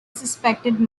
suspected